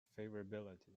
favorability